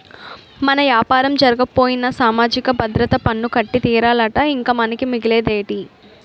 మన యాపారం జరగకపోయినా సామాజిక భద్రత పన్ను కట్టి తీరాలట ఇంక మనకి మిగిలేదేటి